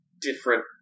different